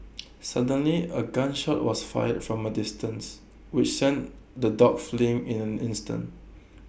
suddenly A gun shot was fired from A distance which sent the dogs fleeing in an instant